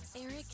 Eric